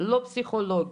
לא פסיכולוגי,